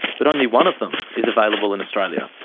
but only one of them is available in australia.